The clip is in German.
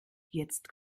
jetzt